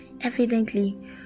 Evidently